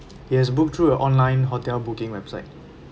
yes booked through a online hotel booking website